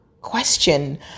question